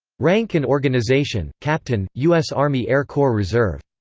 rank and organization captain, u s. army air corps reserve.